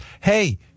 Hey